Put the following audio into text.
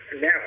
now